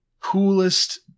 coolest